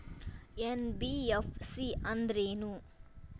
NBFC ಅಂದ್ರೇನು?